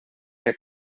que